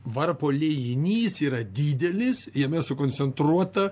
varpo liejinys yra didelis jame sukoncentruota